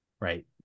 Right